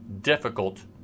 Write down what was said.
difficult